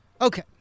Okay